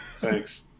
Thanks